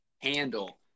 handle